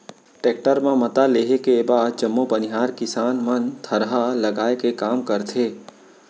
tractor म मता लेहे के बाद जम्मो बनिहार किसान मन थरहा लगाए के काम करथे